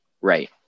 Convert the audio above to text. Right